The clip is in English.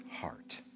heart